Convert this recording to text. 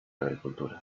agricultura